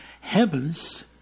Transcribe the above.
heavens